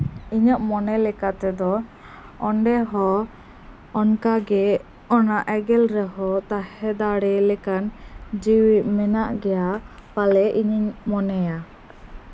ᱤᱧᱟᱹᱜ ᱢᱚᱱᱮ ᱞᱮᱠᱟᱛᱮᱫᱚ ᱚᱰᱮ ᱦᱚᱸ ᱚᱱᱠᱟ ᱜᱮ ᱚᱱᱟ ᱮᱸᱜᱮᱞ ᱨᱮᱦᱚᱸ ᱛᱟᱦᱮᱸ ᱫᱟᱲᱮ ᱞᱮᱠᱟᱱ ᱡᱤᱣᱤ ᱢᱮᱱᱟᱜ ᱜᱮᱭᱟ ᱯᱟᱞᱮ ᱤᱧᱤᱧ ᱢᱚᱱᱮᱭᱟ